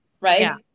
right